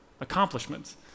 accomplishments